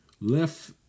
Left